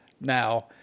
now